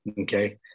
okay